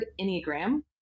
Enneagram